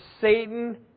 Satan